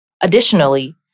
Additionally